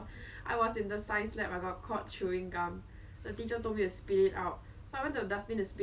like then suddenly like I I remember she what we remember or what we said was like